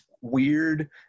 weird